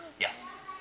Yes